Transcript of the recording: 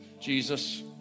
Jesus